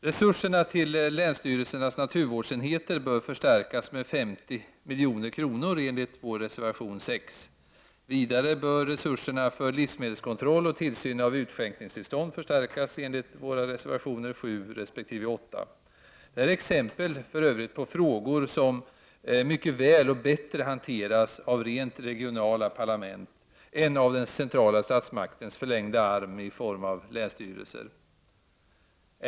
Resurserna till länsstyrelsernas naturvårdsenheter bör förstärkas med 50 milj.kr. enligt vår reservation 6. Vidare bör resurserna för livsmedelskontroll och tillsyn av utskänkningstillstånd förstärkas enligt reservationerna 7 resp. 8. Det här är exempel på frågor som mycket väl kan hanteras av rent regionala parlament, ja, bättre än av den centrala statsmaktens förlängda arm i form av länsstyrelser.